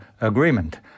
agreement